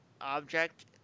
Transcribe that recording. object